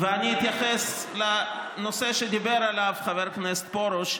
ואני אתייחס לנושא שדיבר עליו חבר הכנסת פרוש,